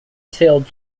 sailed